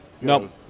No